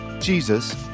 Jesus